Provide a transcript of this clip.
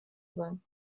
sein